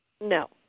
No